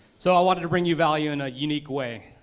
so i wanted to bring you value in a unique way,